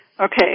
Okay